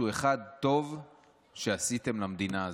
לחשוב על משהו אחד טוב שעשיתם למדינה הזו.